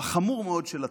החמור מאוד של הטרור.